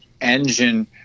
engine